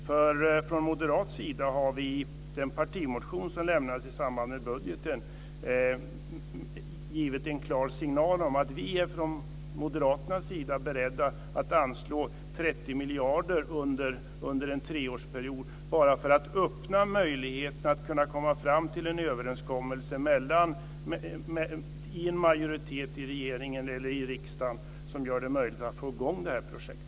Från moderat sida har vi i den partimotion som lämnades i samband med budgeten givit en klar signal om att vi från moderaternas sida är beredda att anslå 30 miljarder under en treårsperiod bara för att öppna möjligheten att kunna komma fram till en överenskommelse med en majoritet i regeringen eller i riksdagen som gör det möjligt att få i gång det här projektet.